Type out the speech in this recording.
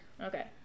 Okay